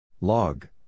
Log